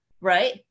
right